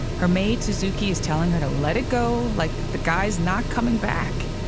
her made to zuki is telling her to let it go. like the guys not coming back.